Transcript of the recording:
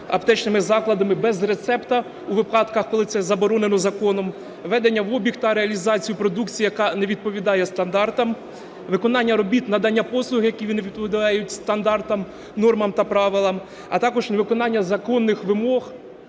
аптечними закладами без рецепта у випадках, коли це заборонено законом, введення в обіг та реалізацію продукції, яка не відповідає стандартам, виконання робіт, надання послуг, які не відповідають стандартам, нормам та правилам, а також невиконання законних вимог